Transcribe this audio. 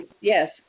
yes